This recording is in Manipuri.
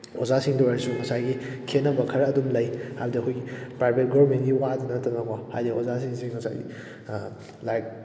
ꯑꯣꯖꯥꯁꯤꯡꯗ ꯑꯣꯏꯔꯁꯨ ꯉꯁꯥꯏꯒꯤ ꯈꯦꯠꯅꯕ ꯈꯔ ꯑꯗꯨꯝ ꯂꯩ ꯍꯥꯏꯕꯗꯤ ꯑꯩꯈꯣꯏꯒꯤ ꯄ꯭ꯔꯥꯏꯕꯦꯠ ꯒꯣꯔꯃꯦꯟꯒꯤ ꯋꯥꯗ ꯅꯠꯇꯅꯀꯣ ꯍꯥꯏꯗꯤ ꯑꯣꯖꯥꯁꯤꯡꯁꯤ ꯉꯁꯥꯏꯒꯤ ꯂꯥꯏꯔꯤꯛ